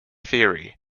theory